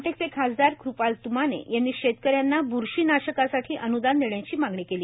नागपूरचे खासदार कृपाल त्माने यांनी शेतकऱ्यांना ब्रशीनाशकासाठी अन्दान देण्याची मागणी केली